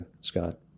Scott